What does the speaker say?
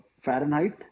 Fahrenheit